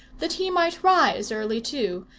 that he might rise early too,